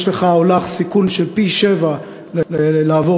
יש לךָ או לךְ סיכון גדול פי-שבעה לעבור